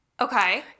Okay